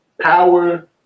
power